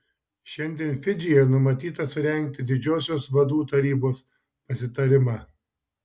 šiandien fidžyje numatyta surengti didžiosios vadų tarybos pasitarimą